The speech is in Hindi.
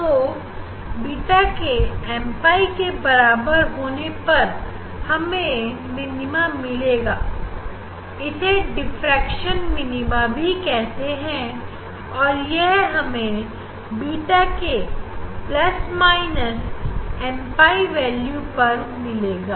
तो बीटा के m pi के बराबर होने पर हमें मिनीमा मिलेगा इसे डिफ्रेक्शन मिनीमा भी कहते हैं और यह हमें बीटा के प्लस माइनस pi वैल्यू पर मिलेगा